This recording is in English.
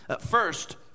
First